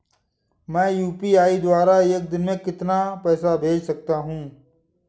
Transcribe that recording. मैं यू.पी.आई द्वारा एक दिन में कितना पैसा भेज सकता हूँ?